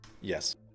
Yes